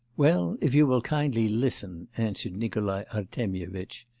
well, if you will kindly listen answered nikolai artemyevitch,